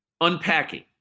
Unpacking